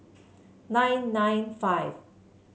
nine nine five